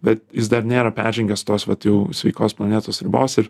bet jis dar nėra peržengęs tos vat jau sveikos planetos ribos ir